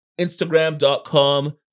instagram.com